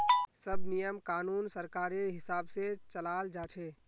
सब नियम कानून सरकारेर हिसाब से चलाल जा छे